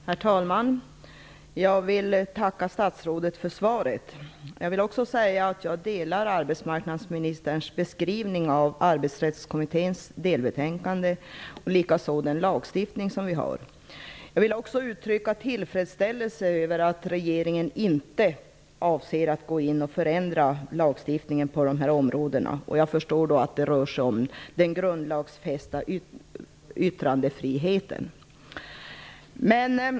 Herr talman! Jag vill tacka statsrådet för svaret. Jag vill också säga att jag instämmer i arbetsmarknadsministerns beskrivning av Arbetsrättskommitténs delbetänkande och av den lagstiftning vi har. Jag vill uttrycka tillfredsställelse över att regeringen inte avser att förändra lagstiftningen på dessa områden. Jag förstår att det rör sig om den grundlagsfästa yttrandefriheten.